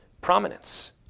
prominence